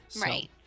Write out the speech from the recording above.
Right